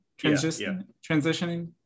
Transitioning